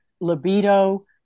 libido